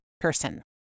person